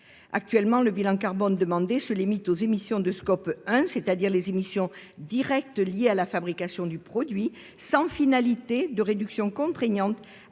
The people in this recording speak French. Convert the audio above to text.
Actuellement, le bilan carbone requis se limite aux émissions de scope 1, c'est-à-dire aux émissions directes liées à la production du produit, sans exigence de réduction alignée